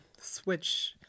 switch